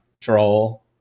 Troll